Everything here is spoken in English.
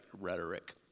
rhetoric